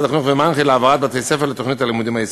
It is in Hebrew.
החינוך ומנח"י להעברת בתי-הספר לתוכנית הלימודים הישראלית.